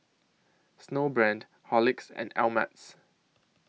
Snowbrand Horlicks and Ameltz